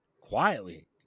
quietly